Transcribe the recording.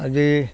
আজি